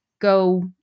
go